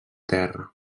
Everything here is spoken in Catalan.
terra